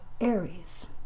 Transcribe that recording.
Aries